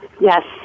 Yes